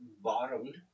bottomed